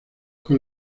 con